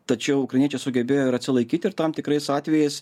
tačiau ukrainiečiai sugebėjo ir atsilaikyti ir tam tikrais atvejais